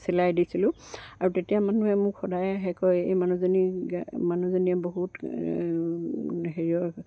চিলাই দিছিলোঁ আৰু তেতিয়া মানুহে মোক সদায় আহে কয় এই মানুহজনী মানুহজনীয়ে বহুত হেৰিয়ৰ